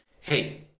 Hey